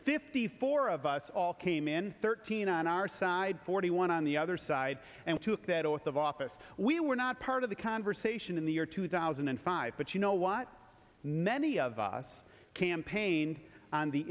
fifty four of us all came in thirteen on our side forty one on the other side and took that oath of office we were not part of the conversation in the year two thousand and five but you know what many of us campaigned on the